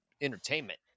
entertainment